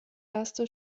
erste